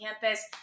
campus